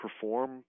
perform